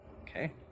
Okay